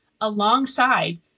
alongside